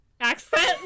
accent